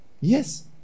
Yes